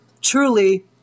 Truly